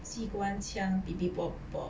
机关枪 bb bop bop